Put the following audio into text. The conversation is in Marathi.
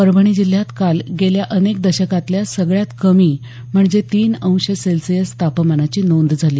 परभणी जिल्ह्यात काल गेल्या अनेक दशकातल्या सगळ्यात कमी म्हणजे तीन अंश सेल्शियस तापमानाची नोंद झाली